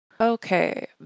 okay